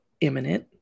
imminent